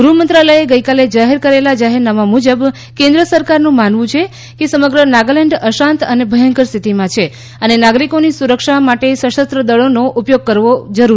ગૃહમંત્રાલયે ગઇકાલે જાહેર કરેલા જાહેરનામા મુજબ કેન્દ્ર સરકારનું માનવું છે કે સમગ્ર નાગાલેન્ડ અશાંત અને ભયંકર સ્થિતિમાં છે અને નાગરિકીની સુરક્ષા માટે સશસ્ત્ર દળોનો ઉપયોગ કરવો જરૂરી છે